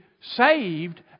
saved